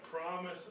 promise